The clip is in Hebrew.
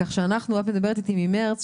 כך שכשאת מדברת איתי על מרץ,